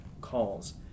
calls